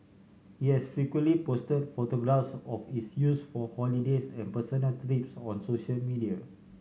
he has frequently posted photographs of its use for holidays and personal trips on social media